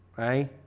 right?